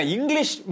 English